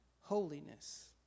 holiness